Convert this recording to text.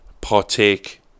partake